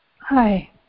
Hi